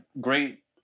great